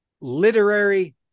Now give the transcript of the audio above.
literary